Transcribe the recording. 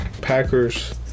Packers